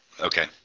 Okay